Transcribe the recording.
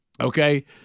okay